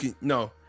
No